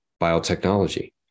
biotechnology